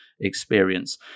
Experience